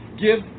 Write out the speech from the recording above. give